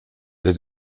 der